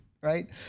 right